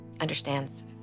understands